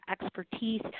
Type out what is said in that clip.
expertise